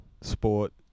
sport